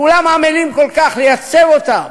כולם עמלים כל כך לייצר אותם.